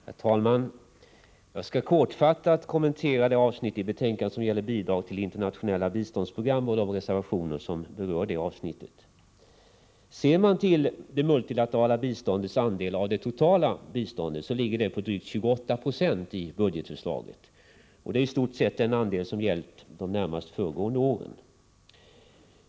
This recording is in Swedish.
Herr talman! Jag skall kortfattat kommentera det avsnitt i betänkandet som gäller bidrag till internationella biståndsprogram och de reservationer som berör detta avsnitt. Det multilaterala biståndets andel av det totala biståndet ligger på drygt 28 90 i budgetförslaget. Det är i stort sett den andel som har gällt under de närmaste förgående åren.